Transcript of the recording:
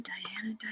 Diana